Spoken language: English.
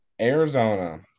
Arizona